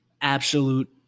Absolute